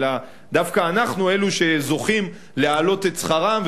אלא דווקא אנחנו אלה שזוכים להעלות את שכרם,